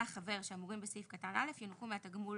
החבר שאמורים בסעיף קטן (א) ינוכו מהתגמול